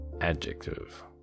Adjective